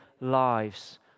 lives